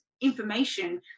information